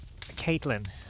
Caitlin